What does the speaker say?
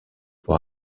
pour